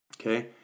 okay